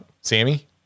Sammy